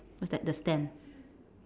what's that the stand